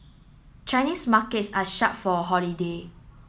Chinese markets are shut for a holiday